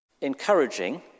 encouraging